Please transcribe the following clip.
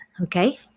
Okay